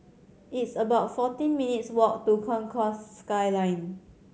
it's about fourteen minutes' walk to Concourse Skyline